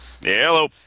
hello